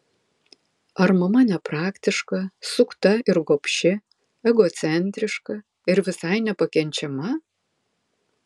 ar mama nepraktiška sukta ir gobši egocentriška ir visai nepakenčiama